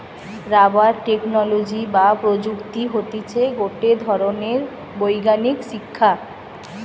rubber technology বা প্রযুক্তি হতিছে গটে ধরণের বৈজ্ঞানিক শিক্ষা